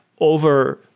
over